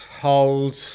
Hold